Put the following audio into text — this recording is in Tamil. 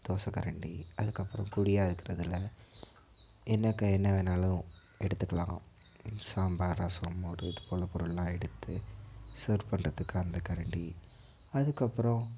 தோசைக்கரண்டி அதுக்கப்புறம் குழியாக இருக்கிறதுல என்னென்ன வேணாலும் எடுத்துக்கலாம் சாம்பார் ரசம் மோர் இதுப்போல் பொருளெலாம் எடுத்து சர்வ் பண்ணுறத்துக்கு அந்த கரண்டி அதுக்கப்புறம்